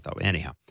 anyhow